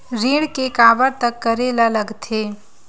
ऋण के काबर तक करेला लगथे?